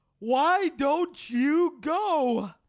why don't you go?